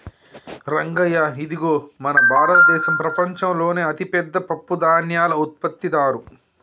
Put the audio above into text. రంగయ్య ఇదిగో మన భారతదేసం ప్రపంచంలోనే అతిపెద్ద పప్పుధాన్యాల ఉత్పత్తిదారు